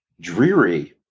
Dreary